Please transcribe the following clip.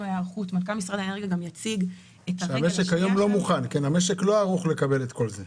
מנכ"ל משרד האנרגיה גם יציג --- היום המשק לא ערוך לקבל את כל זה.